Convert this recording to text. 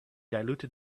diluted